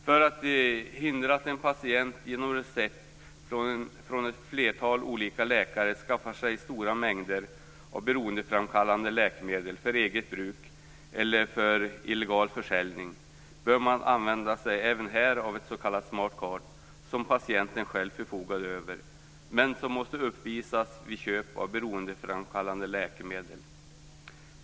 För att hindra att en patient genom recept från ett flertal olika läkare skaffar sig stora mängder beroendeframkallande läkemedel för eget bruk eller för illegal försäljning bör man även här använda sig av ett s.k. smart card, som patienten själv förfogar över men som måste uppvisas vid köp av beroendeframkallande läkemedel.